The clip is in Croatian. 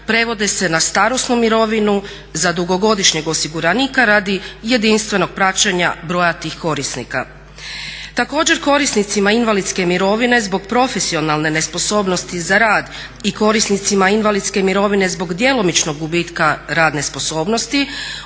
prevode se na starosnu mirovinu za dugogodišnjeg osiguranika radi jedinstvenog praćenja broja tih korisnika. Također, korisnicima invalidske mirovine zbog profesionalne nesposobnosti za rad i korisnicima invalidske mirovine zbog djelomičnog gubitka radne sposobnosti